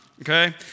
Okay